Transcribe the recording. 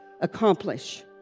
accomplish